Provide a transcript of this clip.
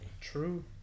True